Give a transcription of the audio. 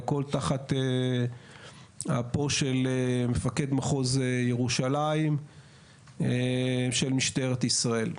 הכל תחת אפו של מפקד מחוז ירושלים של משטרת ישראל.